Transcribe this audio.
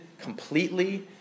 completely